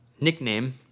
Nickname